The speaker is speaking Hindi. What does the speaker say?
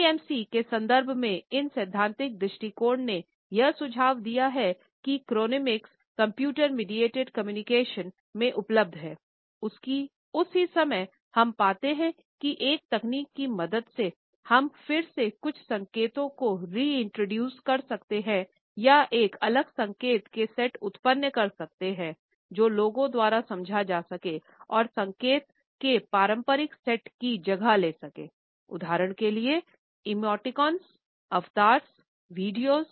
सीमसी के संदर्भ में इन सैद्धांतिक दृष्टिकोण ने यह सुझाव दिया है कि क्रोनेमिक्स